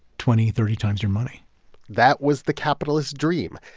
twenty, thirty times your money that was the capitalist dream.